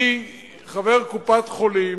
אני חבר קופת-חולים,